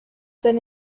that